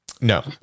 No